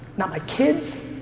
not my kids',